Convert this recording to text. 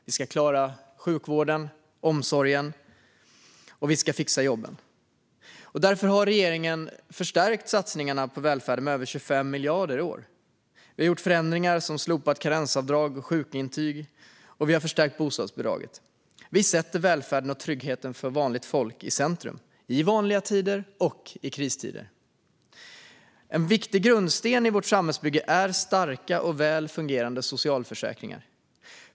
Vi ska klara sjukvården och omsorgen, och vi ska fixa jobben. Därför har regeringen förstärkt satsningarna på välfärden med över 25 miljarder i år. Vi har gjort förändringar som slopat karensavdrag och sjukintyg, och vi har förstärkt bostadsbidraget. Vi sätter välfärden och tryggheten för vanligt folk i centrum - i vanliga tider och i kristider. En viktig grundsten i vårt samhällsbygge är starka och väl fungerande socialförsäkringar.